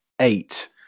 eight